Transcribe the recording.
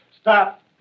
Stop